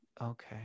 Okay